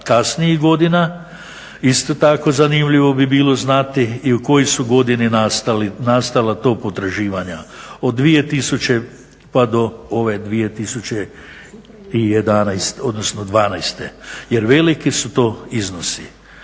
kasnijih godina. Isto tako zanimljivo bi bilo znati i u kojoj su godini nastala ta potraživanja. Od 2000. pa do ove 2011., odnosno '12. jer veliki su to iznosi.